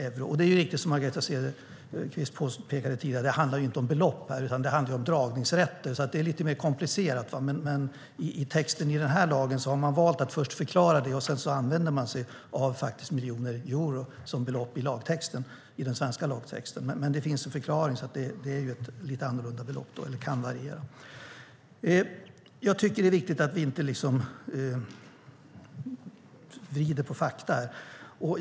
Som Margareta Cederfelt påpekade tidigare handlar det inte om belopp utan om dragningsrätter. Det är lite mer komplicerat. I den här lagtexten har man valt att först förklara det hela, och sedan talar man om euro i den svenska lagtexten. Det är alltså belopp som kan variera lite, men det finns en förklaring. Jag tycker att det är viktigt att vi inte vrider på fakta.